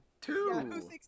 Two